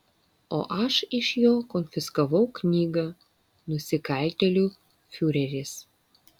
o aš iš jo konfiskavau knygą nusikaltėlių fiureris